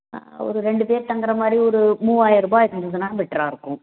ஒரு ரெண்டுப் பேர் தங்கற மாதிரி ஒரு மூவாய ருபா இருந்துதுன்னா பெட்ராக இருக்கும்